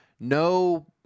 no